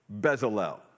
Bezalel